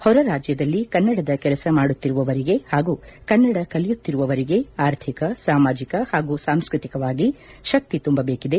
ಹೊರ ರಾಜ್ಯದಲ್ಲಿ ಕನ್ನಡದ ಕೆಲಸ ಮಾಡುತ್ತಿರುವವರಿಗೆ ಹಾಗೂ ಕನ್ನಡ ಕಲಿಯುತ್ತಿರುವವರಿಗೆ ಆರ್ಥಿಕ ಸಾಮಾಜಿಕ ಹಾಗೂ ಸಾಂಸ್ಕೃತಿಕವಾಗಿ ಶಕ್ತಿ ತುಂಬಬೇಕಿದೆ